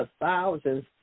thousands